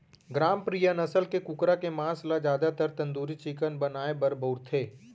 ग्रामप्रिया नसल के कुकरा के मांस ल जादातर तंदूरी चिकन बनाए बर बउरथे